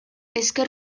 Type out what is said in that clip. ezker